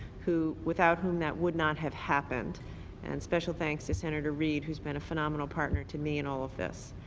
without whom that would not have happened and special thanks to senator reid, who has been a phenomenal partner to me in all of this.